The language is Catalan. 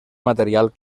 material